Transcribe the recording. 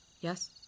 Yes